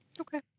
Okay